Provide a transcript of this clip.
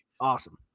Awesome